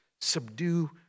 subdue